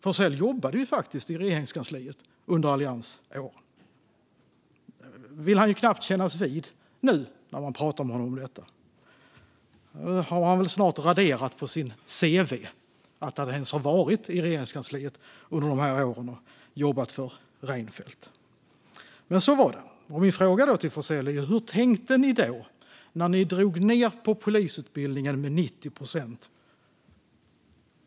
Forssell jobbade faktiskt i Regeringskansliet under alliansåren. Detta vill Johan Forssell knappt kännas vid nu när man pratar med honom. Snart har han väl raderat från sitt cv att han ens har varit i Regeringskansliet under de här åren och jobbat för Reinfeldt, men så var det. Min fråga till Forssell är därför: Hur tänkte ni när ni drog ned på polisutbildningen med 90 procent?